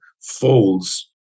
folds